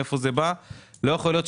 לא באישי